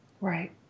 Right